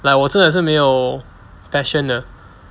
like 我真的是没有 passion 的